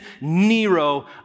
Nero